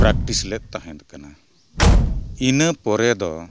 practice ᱞᱮᱫ ᱛᱟᱦᱮᱱ ᱠᱟᱱᱟ ᱤᱱᱟᱹ ᱯᱚᱨᱮ ᱫᱚ